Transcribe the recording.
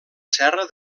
serra